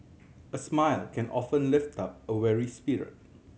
a smile can often lift up a weary spirit